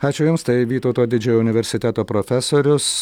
ačiū jums tai vytauto didžiojo universiteto profesorius